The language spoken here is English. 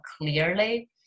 clearly